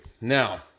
Now